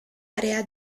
area